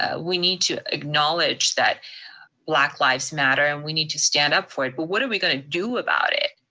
ah we need to acknowledge that black lives matter, and we need to stand up for it, but what are we gonna do about it?